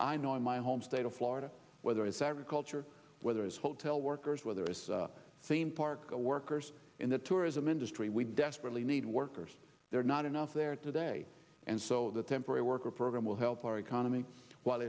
i know in my home state of florida whether it's agriculture whether it's hotel workers whether it's a theme park a workers in the tourism industry we desperately need workers there are not enough there today and so the temporary worker program will help our economy w